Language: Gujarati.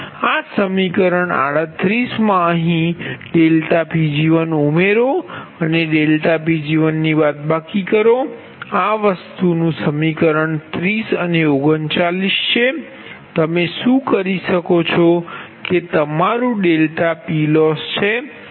આ સમીકરણ 38 મા અહીં ∆Pg1 ઉમેરો અને ∆Pg1 ની બાદબાકી કરો આ વસ્તુનું સમીકરણ 30 અને 39 છે તમે શું કરી શકો છો કે તે તમારું ∆PLoss છે